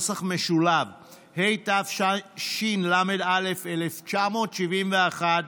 התשל"א 1971,